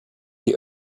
die